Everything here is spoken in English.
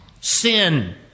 Sin